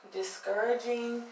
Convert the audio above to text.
discouraging